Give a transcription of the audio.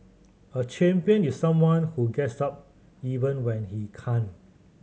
a champion is someone who gets up even when he can't